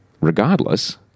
Regardless